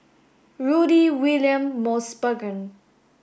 Rudy William Mosbergen